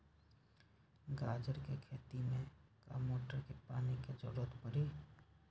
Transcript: गाजर के खेती में का मोटर के पानी के ज़रूरत परी?